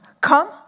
come